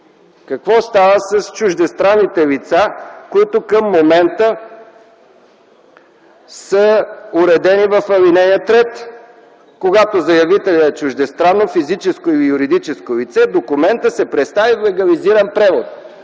какво става с чуждестранните лица, които към момента са уредени в ал. 3? Когато заявителят е чуждестранно физическо или юридическо лице документа се представя с легализиран превод,